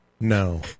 no